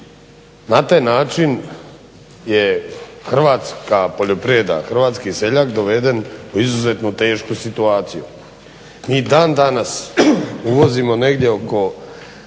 Na taj način je Hrvatska poljoprivreda, hrvatski seljak doveden u izuzetno tešku situaciju. Mi dan danas uvozimo negdje oko,